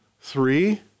three